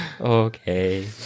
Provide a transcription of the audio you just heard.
Okay